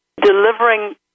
delivering